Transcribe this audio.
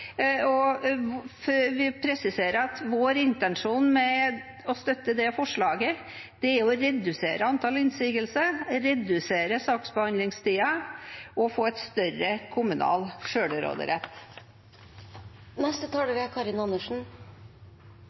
at vår intensjon med å støtte det forslaget er å redusere antallet innsigelser, redusere saksbehandlingstiden og få en større kommunal